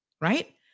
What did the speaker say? right